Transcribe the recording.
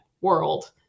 world